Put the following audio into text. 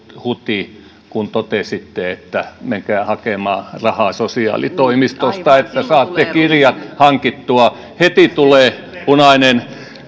huti kun totesitte että menkää hakemaan rahaa sosiaalitoimistosta että saatte kirjat hankittua heti tulee punainen